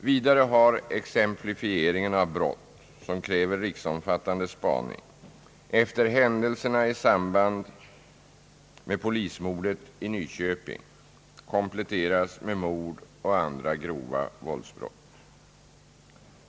Vidare har exemplifieringen av brott, som kräver riksomfattande spaning — efter händelserna i samband med polismordet i Nyköping — kompletterats med mord och andra grova våldsbrott.